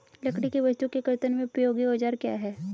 लकड़ी की वस्तु के कर्तन में उपयोगी औजार क्या हैं?